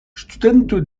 studento